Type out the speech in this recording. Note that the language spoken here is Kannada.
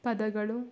ಪದಗಳು